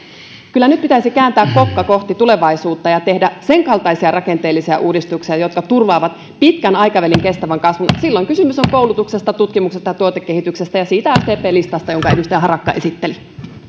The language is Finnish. kyllä nyt pitäisi kääntää kokka kohti tulevaisuutta ja tehdä sen kaltaisia rakenteellisia uudistuksia jotka turvaavat pitkän aikavälin kestävän kasvun silloin kysymys on koulutuksesta tutkimuksesta ja tuotekehityksestä ja siitä sdp listasta jonka edustaja harakka esitteli